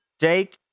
Jake